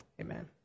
Amen